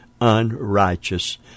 unrighteous